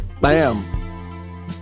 Bam